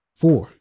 four